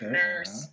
nurse